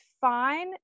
fine